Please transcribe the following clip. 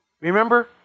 Remember